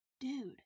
dude